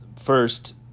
first